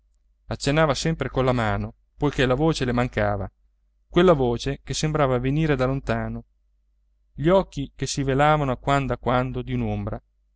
accennava sempre con la mano poiché la voce le mancava quella voce che sembrava venire da lontano gli occhi che si velavano a quando a quando di